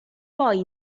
poi